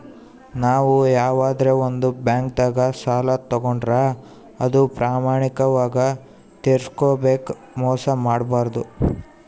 ನಾವ್ ಯವಾದ್ರೆ ಒಂದ್ ಬ್ಯಾಂಕ್ದಾಗ್ ಸಾಲ ತಗೋಂಡ್ರ್ ಅದು ಪ್ರಾಮಾಣಿಕವಾಗ್ ತಿರ್ಸ್ಬೇಕ್ ಮೋಸ್ ಮಾಡ್ಬಾರ್ದು